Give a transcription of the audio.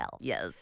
Yes